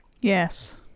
Yes